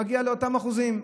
זה מגיע לאותם אחוזים,